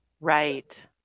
Right